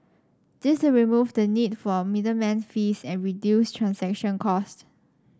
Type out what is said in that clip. this will remove the need for middleman fees and reduce transaction cost